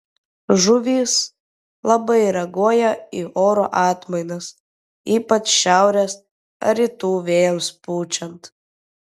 žuvys labai reaguoja į oro atmainas ypač šiaurės ar rytų vėjams pučiant